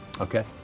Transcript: Okay